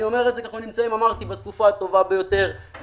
אני אומר את זה כי אנחנו נמצאים בתקופה הטובה ביותר וחשוב